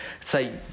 say